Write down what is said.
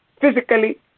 Physically